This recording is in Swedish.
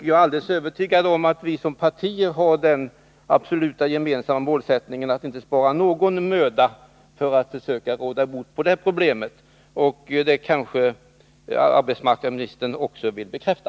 Jag är alldeles övertygad om att våra partier har den gemensamma absoluta målsättningen att inte spara någon möda för att försöka råda bot på det problemet. Det kanske arbetsmarknadsministern också vill bekräfta.